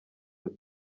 ati